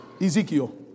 Ezekiel